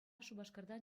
шупашкартан